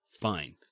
fine